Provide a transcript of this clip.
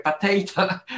potato